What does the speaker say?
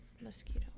mosquito